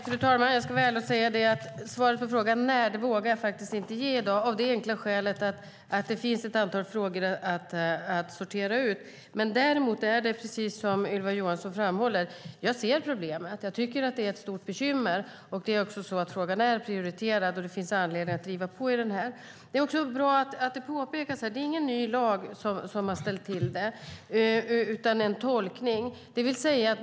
Fru talman! Jag ska vara ärlig och säga att jag inte vågar ge ett svar på när det kommer av det enkla skälet att det finns ett antal frågor att sortera ut. Men däremot ser jag problemet, precis som Ylva Johansson framhåller. Jag tycker att det är ett stort bekymmer. Frågan är också prioriterad, och det finns anledning att driva på den. Det är också bra att det påpekas att det inte är någon ny lag som har ställt till det utan en tolkning.